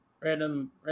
random